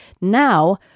Now